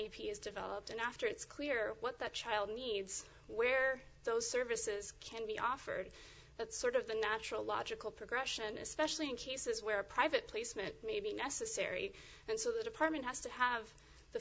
naive he is developed and after it's clear what that child needs where those services can be offered but sort of the natural logical progression especially in cases where a private placement may be necessary and so the department has to have the